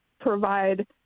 provide